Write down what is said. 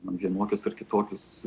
vienokius ar kitokius